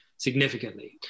significantly